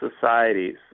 societies